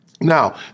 Now